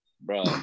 bro